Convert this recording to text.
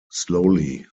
slowly